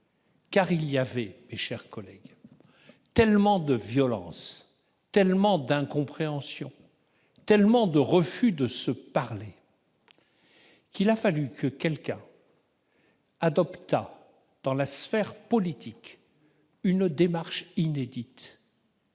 Michel Rocard. Mes chers collègues, il y avait tellement de violence, tellement d'incompréhensions, tellement de refus de se parler qu'il a fallu que quelqu'un adoptât dans la sphère politique une démarche inédite-